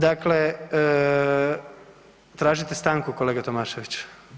Dakle, tražite stanku kolega Tomašević?